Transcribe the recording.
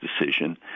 decision